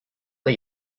let